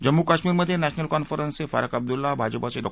जम्मू कश्मीरमधे नॅशनल कॉन्फरन्सचे फारुख अब्दुल्ला भाजपाचे डॉ